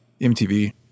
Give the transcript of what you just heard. MTV